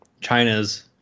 China's